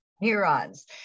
neurons